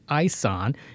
Ison